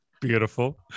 Beautiful